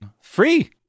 free